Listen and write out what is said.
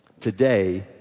today